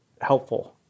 helpful